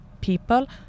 people